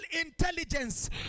intelligence